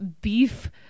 beef